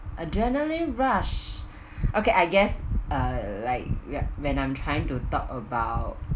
adrenaline rush okay I guess uh like ya when I'm trying to talk about